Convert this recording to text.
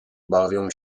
bawią